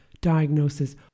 diagnosis